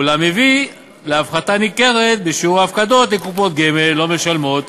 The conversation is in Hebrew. אולם הביא להפחתה ניכרת בשיעור ההפקדות לקופות גמל לא משלמות